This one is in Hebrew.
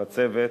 על הצוות,